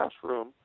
classroom